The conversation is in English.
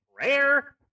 Rare